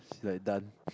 is like done